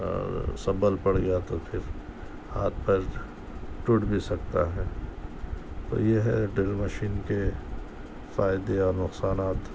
سبّل پڑ گیا تو پھر ہاتھ پیر ٹوٹ بھی سکتا ہے تو یہ ہے ڈرل مشین کے فائدے اور نقصانات